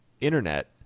internet